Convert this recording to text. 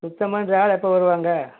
சுத்தம் பண்ணுற ஆள் எப்போது வருவாங்க